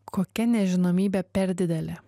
kokia nežinomybė per didelė